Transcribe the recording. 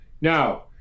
now